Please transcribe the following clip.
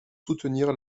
soutenir